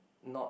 not